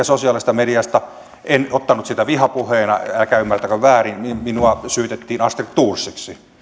sosiaalisessa mediassa en ottanut sitä vihapuheena älkää ymmärtäkö väärin minua syytettiin astrid thorsiksi